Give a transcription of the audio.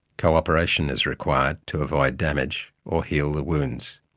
cooperation is required to avoid damage or heal the wounds.